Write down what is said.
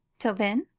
till then,